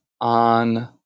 on